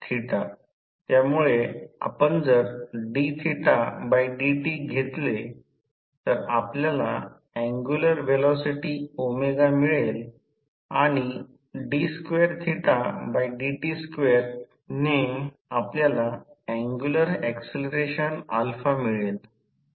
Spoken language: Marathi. त्यामुळे आपण जर dθdt घेतले तर आपल्याला अँग्युलर व्हेलॉसिटी मिळेल आणि d2dt2 आपल्याला अँग्युलर ऍक्सलरेशन मिळेल